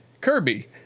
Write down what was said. Kirby